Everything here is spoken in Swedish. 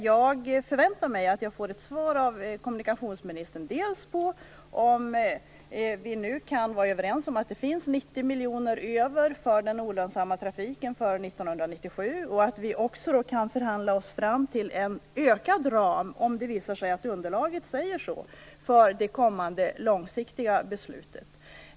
Jag förväntar mig svar från kommunikationsministern, dels på frågan om vi nu kan vara överens om att det finns 90 miljoner kronor över för den olönsamma trafiken inför 1997, dels på frågan om vi kan förhandla oss fram till en ökad ram för det kommande långsiktiga beslutet om det visar sig att underlaget pekar på det.